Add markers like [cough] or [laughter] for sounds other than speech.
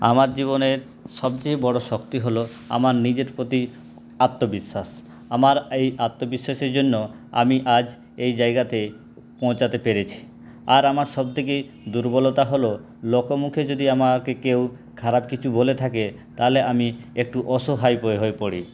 আমার জীবনের সবচেয়ে বড় শক্তি হলো আমার নিজের প্রতি আত্মবিশ্বাস আমার এই আত্মবিশ্বাসের জন্য আমি আজ এই জায়গাতে পৌঁছাতে পেরেছি আর আমার সবথেকে দুর্বলতা হলো লোকমুখে যদি আমাকে কেউ খারাপ কিছু বলে থাকে তাহলে আমি একটু অসহায় [unintelligible] হয়ে পড়ি